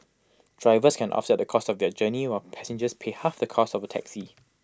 drivers can offset the cost of their journey while passengers pay half the cost of A taxi